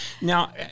Now